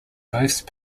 both